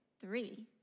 three